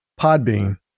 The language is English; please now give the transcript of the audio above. Podbean